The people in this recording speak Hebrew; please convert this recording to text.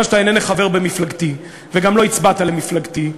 כיוון שאתה אינך חבר במפלגתי וגם לא הצבעת למפלגתי,